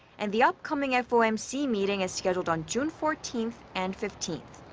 and the upcoming fomc meeting is scheduled on june fourteenth and fifteenth.